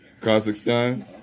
Kazakhstan